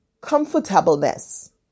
comfortableness